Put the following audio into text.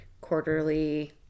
quarterly